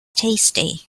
tasty